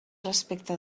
respecte